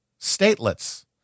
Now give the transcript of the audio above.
statelets